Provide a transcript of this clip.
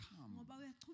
come